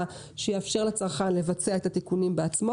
שיאפשר לצרכן לבצע את התיקונים בעצמו.